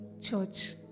church